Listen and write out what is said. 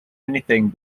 anything